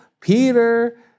Peter